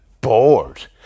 bored